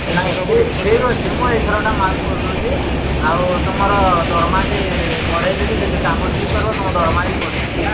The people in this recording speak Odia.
ନାଇଁ ଠିକ ଠିକ୍ ଅଛି ମୁଁ ଏଇଥରଟା ମାପ କରିଦେଉଛି ଆଉ ତୁମର ଦରମା ବି ବଢ଼େଇଦେବି ଯଦି କାମ ଠିକ୍ କରିବ ତୁମ ଦରମା ବି ବଢ଼େଇବି ହେଲା